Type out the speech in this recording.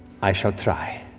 i shall try.